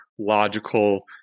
logical